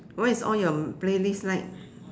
what is all your playlist like